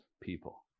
people